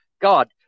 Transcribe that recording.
God